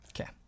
Okay